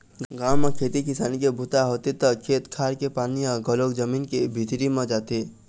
गाँव म खेती किसानी के बूता होथे त खेत खार के पानी ह घलोक जमीन के भीतरी म जाथे